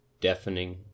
deafening